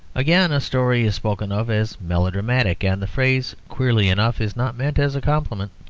again, a story is spoken of as melodramatic, and the phrase, queerly enough, is not meant as a compliment.